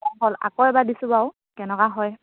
নহ'ল আকৌ এবাৰ দিছোঁ বাৰু কেনেকুৱা হয়